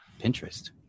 Pinterest